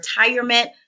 retirement